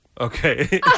Okay